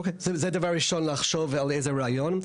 אוקיי, זה דבר ראשון, לחשוב על איזה רעיון.